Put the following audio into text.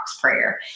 prayer